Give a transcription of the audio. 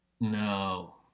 No